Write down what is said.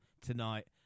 tonight